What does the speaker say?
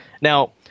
Now